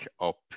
up